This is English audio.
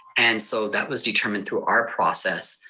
and so that was determined through our process,